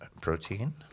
protein